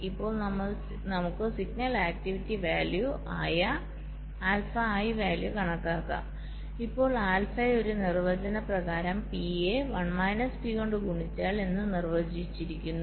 ഇപ്പോൾ നമുക്ക് signal activity value ആയ ആൽഫ ഐ വാല്യൂ കണക്കാക്കാം ഇപ്പോൾ ആൽഫയെ ഒരു നിർവ്വചനം പ്രകാരം P യെ 1 മൈനസ് P കൊണ്ട് ഗുണിച്ചാൽ എന്ന് നിർവചിച്ചിരിക്കുന്നു